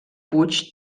puig